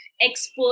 Expert